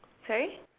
sorry